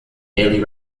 daily